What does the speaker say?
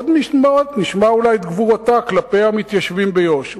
עוד נשמע אולי את גבורתה כלפי המתיישבים ביהודה ושומרון.